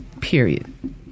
period